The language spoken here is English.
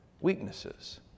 weaknesses